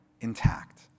intact